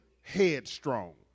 headstrong